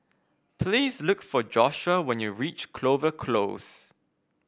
please look for Joshua when you reach Clover Close